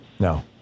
No